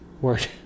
Word